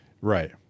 Right